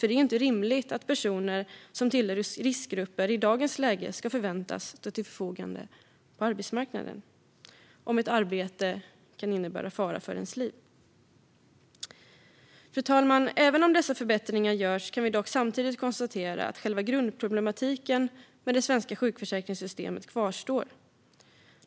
Det är inte rimligt att personer som tillhör riskgrupper i dagens läge ska förväntas att stå till förfogande på arbetsmarknaden om ett arbete kan innebära fara för ens liv. Fru talman! Även om dessa förbättringar görs kan vi dock samtidigt konstatera att själva grundproblematiken med det svenska sjukförsäkringssystemet kvarstår.